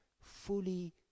fully